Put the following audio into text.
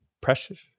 Precious